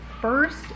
First